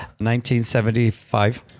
1975